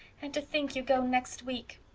and to think you go next week!